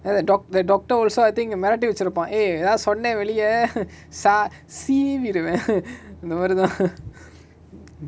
and the doc~ the doctor also I think மெரட்டி வச்சிருப்பா:meratti vachirupa eh எதாவது சொன்ன வெளிய:ethavathu sonna veliya sa~ சீவிருவ:seeviruva இந்தமாரிதா:inthamaritha